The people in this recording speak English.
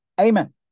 Amen